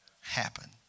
happen